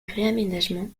réaménagement